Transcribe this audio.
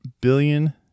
billion